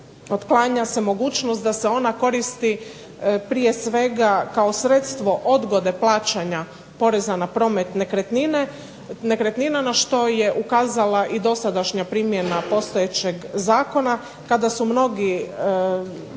otklanja se mogućnost da se ona koristi prije svega kao sredstvo odgode plaćanja poreza na promet nekretnina, na što je ukazala i dosadašnja primjena postojećeg zakona, kada su mnogi